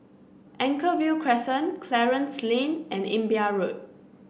Anchorvale Crescent Clarence Lane and Imbiah Road